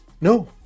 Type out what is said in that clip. No